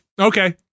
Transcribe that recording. okay